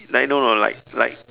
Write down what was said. like no no like like